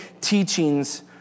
teachings